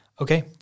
Okay